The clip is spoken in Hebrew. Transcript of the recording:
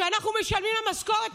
שאנחנו משלמים לה משכורת,